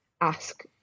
ask